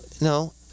No